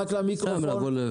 בבקשה.